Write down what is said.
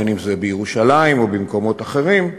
בין שזה בירושלים או במקומות אחרים,